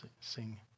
sing